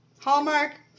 Hallmark